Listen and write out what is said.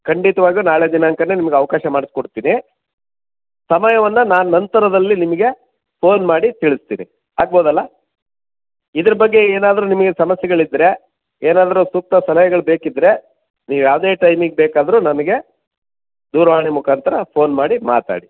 ಖಂಡಿತವಾಗಿಯೂ ನಾಳೆ ದಿನಾಂಕವೇ ನಿಮಗೆ ಅವಕಾಶ ಮಾಡಿಸಿಕೊಡ್ತೀನಿ ಸಮಯವನ್ನು ನಾನು ನಂತರದಲ್ಲಿ ನಿಮಗೆ ಫೋನ್ ಮಾಡಿ ತಿಳಿಸ್ತೀನಿ ಆಗಬಹುದಲ್ಲ ಇದರ ಬಗ್ಗೆ ಏನಾದರೂ ನಿಮಗೆ ಸಮಸ್ಯೆಗಳಿದ್ದರೆ ಏನಾದರೂ ಸೂಕ್ತ ಸಲಹೆಗಳು ಬೇಕಿದ್ದರೆ ನೀವು ಯಾವುದೇ ಟೈಮಿಗೆ ಬೇಕಾದರೂ ನನಗೆ ದೂರವಾಣಿ ಮುಖಾಂತರ ಫೋನ್ ಮಾಡಿ ಮಾತಾಡಿ